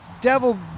Devil